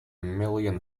million